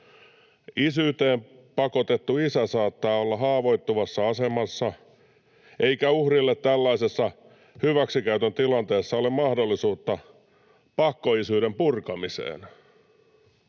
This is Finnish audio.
Isyyteen pakotettu isä saattaa olla haavoittuvassa asemassa, eikä uhrilla tällaisessa hyväksikäytön tilanteessa ole mahdollisuutta pakkoisyyden purkamiseen.